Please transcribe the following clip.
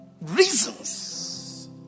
reasons